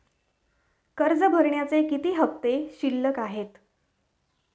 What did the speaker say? कर्ज भरण्याचे किती हफ्ते शिल्लक आहेत?